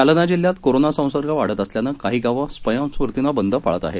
जालना जिल्ह्यात कोरोना संसर्ग वाढत असल्यानं काही गावं स्वयंस्फूर्तीनं बंद पाळत आहेत